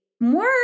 more